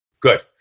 Good